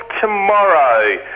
tomorrow